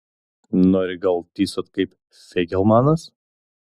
nori gal tysot kaip feigelmanas